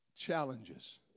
challenges